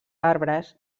arbres